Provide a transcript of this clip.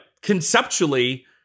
conceptually